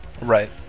Right